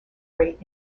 great